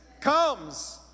comes